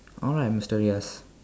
all right mister yes